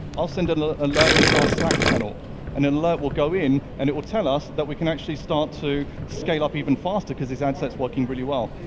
i'll send a little alert into our slack channel and an alert will go in and it will tell us that we can actually start to scale up even faster because these ad sets are working really well.